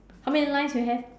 how many lines you have